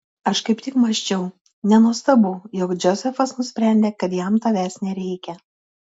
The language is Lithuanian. aš kaip tik mąsčiau nenuostabu jog džozefas nusprendė kad jam tavęs nereikia